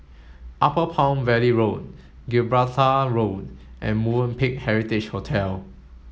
Upper Palm Valley Road Gibraltar Road and Movenpick Heritage Hotel